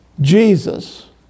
Jesus